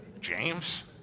James